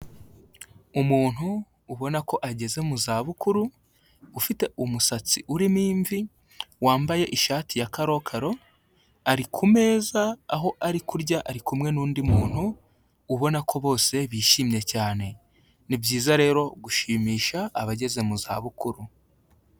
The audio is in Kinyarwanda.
Umuntu ubona ko ageze mu zabukuru, ufite umusatsi urimo imvi, wambaye ishati ya karokaro, ari ku meza, aho ari kurya, ari kumwe n'undi muntu, ubona ko bose bishimye cyane, ni byiza rero gushimisha abageze mu zabukuru.